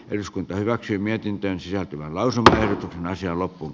eduskunta hyväksyi mietintöön sisältyvä lausuntoja naisia loppuu b